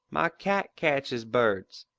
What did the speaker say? my cat catches birds.